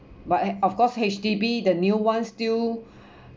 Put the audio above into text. but uh of course H_D_B the new one still